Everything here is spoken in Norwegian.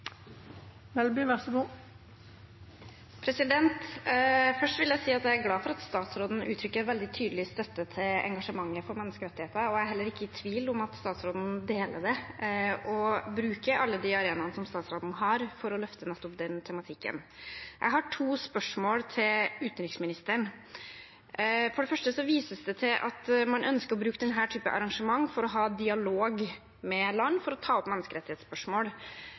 at statsråden uttrykker veldig tydelig støtte til engasjementet for menneskerettigheter. Jeg er heller ikke i tvil om at statsråden deler det og bruker alle de arenaene statsråden har for å løfte nettopp den tematikken. Jeg har to spørsmål til utenriksministeren. For det første vises det til at man ønsker å bruke slike arrangement til å ha dialog med land om menneskerettighetsspørsmål. Da vi prøvde å